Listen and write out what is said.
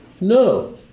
No